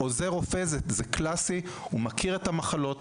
עוזר רופא מכיר את המחלות,